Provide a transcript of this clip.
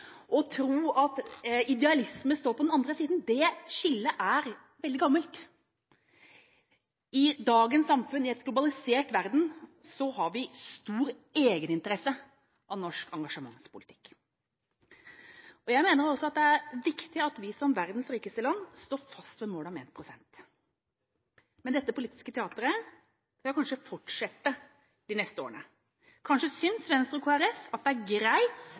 og tro at idealisme står på den andre siden, det skillet er veldig gammelt. I dagens samfunn, i en globalisert verden, har vi stor egeninteresse av norsk engasjement i utenrikspolitikken. Jeg mener også det er viktig at vi som verdens rikeste land står fast ved målet om 1 pst. til bistand. Men dette politiske teateret skal kanskje fortsette de neste årene. Kanskje synes Venstre og Kristelig Folkeparti at det er